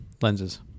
lenses